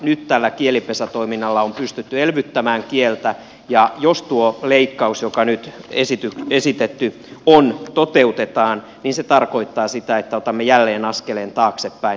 nyt tällä kielipesätoiminnalla on pystytty elvyttämään kieltä ja jos tuo leikkaus joka nyt on esitetty toteutetaan niin se tarkoittaa sitä että otamme jälleen askeleen taaksepäin